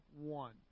one